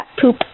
poop